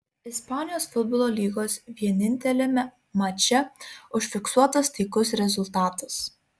ispanijos futbolo lygos vieninteliame mače užfiksuotas taikus rezultatas